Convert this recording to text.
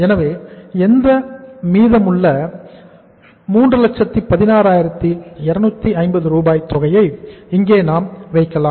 எனவே எந்த மீதமுள்ள 316250 தொகையை இங்கே நாம் வைக்கலாம்